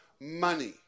money